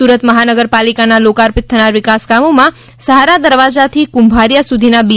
સુરત મહાનગરપાલિકાના લોકાર્પિત થનાર વિકાસ કામોમાં સહારા દરવાજાથી કુંભારીયાસારોલી સુધીના બી